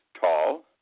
tall